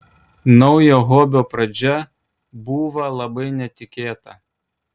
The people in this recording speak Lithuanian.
naujo hobio pradžia būva labai netikėta